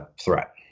threat